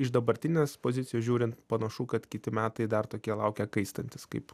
iš dabartinės pozicijos žiūrint panašu kad kiti metai dar tokie laukia kaistantys kaip